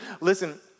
Listen